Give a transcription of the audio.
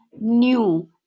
new